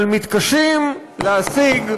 אבל מתקשים להשיג,